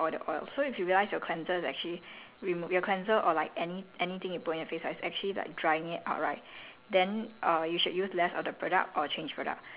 I won't go into the science in it lah but basically you're not supposed to strip your skin off all the oil so if you realised your cleanser is actually remove your cleanser or like any anything you put on your face is actually like drying